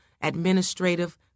administrative